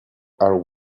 are